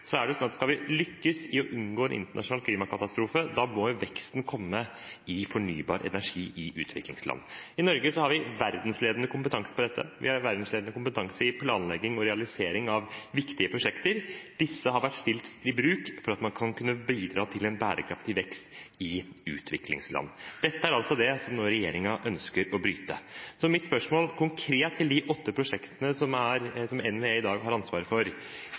er det sånn at skal vi lykkes i å unngå en internasjonal klimakatastrofe, må veksten komme i fornybar energi i utviklingsland. I Norge har vi verdensledende kompetanse på dette, vi har verdensledende kompetanse i planlegging og realisering av viktige prosjekter. Disse har vært stilt til bruk for at man skal kunne bidra til en bærekraftig vekst i utviklingsland. Dette er altså det som regjeringen nå ønsker å bryte. Mitt spørsmål konkret til de åtte prosjektene som NVE i dag har ansvar for, er: Er det prosjekter av de prosjektene hvor det er